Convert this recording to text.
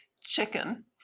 chicken